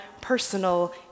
personal